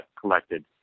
collected